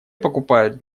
покупают